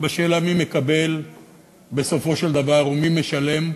בשאלה מי מקבל בסופו של דבר, ומי משלם,